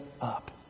up